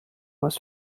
was